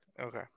Okay